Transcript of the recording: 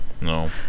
No